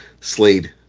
slade